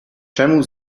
czemu